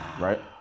Right